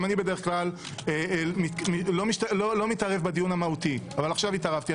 אני בדרך כלל לא מתערב בדיון המהותי אבל עכשיו התערבתי.